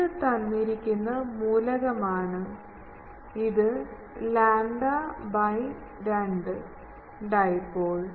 ഇത് തന്നിരിക്കുന്ന മൂലകമാണ് ഇത് lambda by 2 ഡൈപോൽ